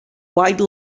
white